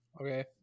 Okay